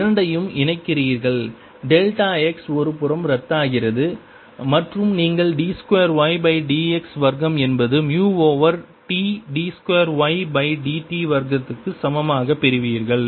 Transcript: இரண்டையும் இணைக்கிறீர்கள் delta x இருபுறமும் ரத்தாகிறது மற்றும் நீங்கள் d 2 y பை dx வர்க்கம் என்பது மு over T d 2 y by dt வர்க்கம் வுக்கு சமமாக பெறுவீர்கள்